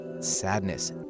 sadness